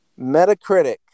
Metacritic